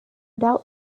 doubt